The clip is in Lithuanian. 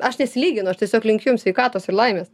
aš nesilyginu aš tiesiog linkiu jums sveikatos ir laimės